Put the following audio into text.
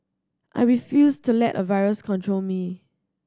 I refused to let a virus control me